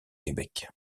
québec